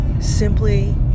simply